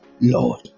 Lord